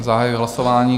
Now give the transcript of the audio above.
Zahajuji hlasování.